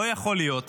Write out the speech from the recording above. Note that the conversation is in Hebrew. לא יכול להיות